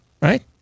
right